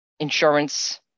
insurance